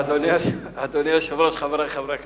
אדוני היושב-ראש, חברי חברי הכנסת,